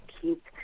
keep